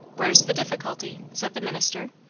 where's the difficulty? said the minister,